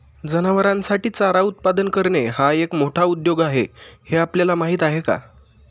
जनावरांसाठी चारा उत्पादन करणे हा एक मोठा उद्योग आहे हे आपल्याला माहीत आहे का?